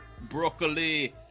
broccoli